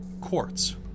quartz